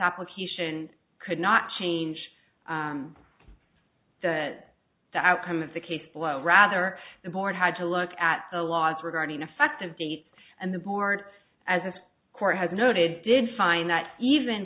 application could not change the outcome of the case below rather the board had to look at the laws regarding effective dates and the board as court has noted did find that even